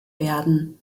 werden